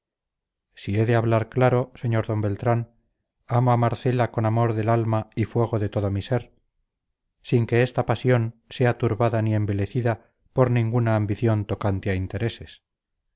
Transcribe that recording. si he de hablar claro sr d beltrán amo a marcela con amor del alma y fuego de todo mi ser sin que esta pasión sea turbada ni envilecida por ninguna ambición tocante a intereses